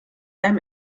einem